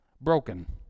Broken